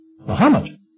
Muhammad